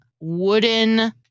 wooden